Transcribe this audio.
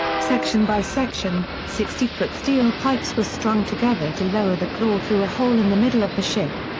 section by section, sixty foot steel pipes were strung together to lower the claw through a hole in the middle of the ship.